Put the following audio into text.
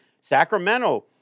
Sacramento